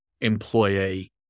employee